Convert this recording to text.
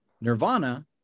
Nirvana